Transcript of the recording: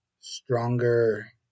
Stronger